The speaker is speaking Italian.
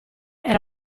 era